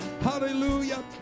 Hallelujah